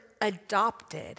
adopted